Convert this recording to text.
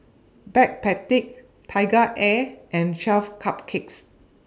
Backpedic TigerAir and twelve Cupcakes